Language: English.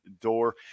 Door